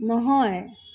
নহয়